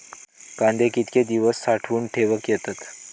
कांदे कितके दिवस साठऊन ठेवक येतत?